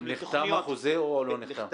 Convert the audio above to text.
נחתם החוזה או לא נחתם?